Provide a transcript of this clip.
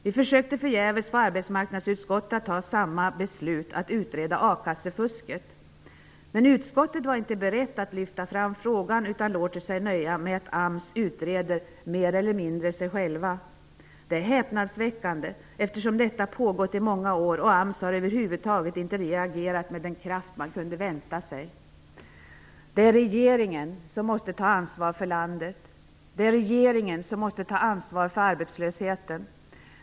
Vi försökte förgäves få arbetsmarknadsutskottet att ta samma beslut att utreda a-kassefusket. Men utskottet var inte berett att lyfta fram frågan, utan lät sig nöja med att AMS mer eller mindre utreder sig självt. Det är häpnadsväckande, eftersom detta har pågått i många år. AMS har över huvud taget inte reagerat med den kraft man kunde vänta sig. Det är regeringen som måste ta ansvar för landet. Det är regeringen som måste ta ansvar för arbetslösheten.